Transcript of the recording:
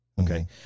okay